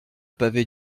pavé